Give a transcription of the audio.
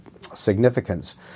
significance